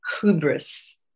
hubris